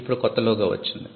ఇప్పుడు కొత్త లోగో వచ్చింది